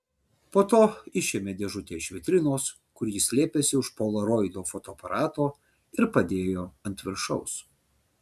po to išėmė dėžutę iš vitrinos kur ji slėpėsi už polaroido fotoaparato ir padėjo ant viršaus